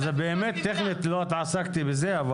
באמת טכנית לא התעסקתי בזה.